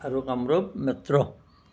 আৰু কামৰূপ মেট্ৰ'